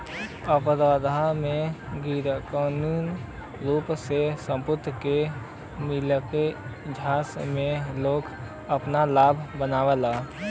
अपराध में गैरकानूनी रूप से संपत्ति के मालिक झांसे में लेके आपन लाभ बनावेला